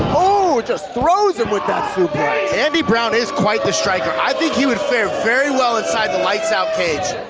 oh! he just throws him with that suplex! andy brown is quite the striker, i think he would fare very well inside the lights out cage.